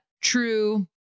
True